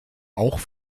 auch